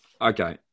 Okay